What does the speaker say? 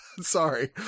sorry